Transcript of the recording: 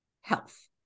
health